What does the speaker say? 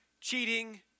cheating